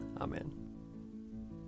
Amen